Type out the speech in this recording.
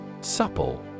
Supple